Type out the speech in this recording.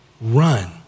run